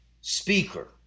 speaker